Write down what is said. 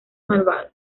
malvado